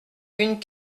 une